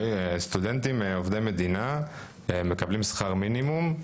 סטודנטים עובדי מדינה מקבלים שכר מינימום,